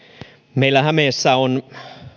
meillä hämeessä on